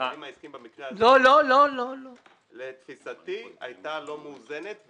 ההגבלים העסקיים במקרה הזה לתפיסתי הייתה לא מאוזנת,